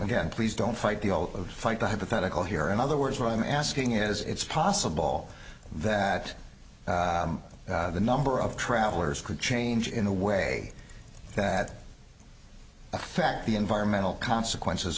again please don't fight the oath of fight the hypothetical here in other words what i'm asking is it's possible that the number of travelers could change in the way that effect the environmental consequences